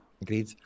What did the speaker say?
agreed